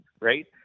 Right